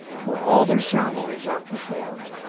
where all their ceremonies are performed,